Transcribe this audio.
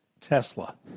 Tesla